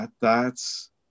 thats